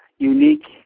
unique